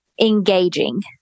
engaging